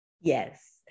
Yes